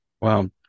Wow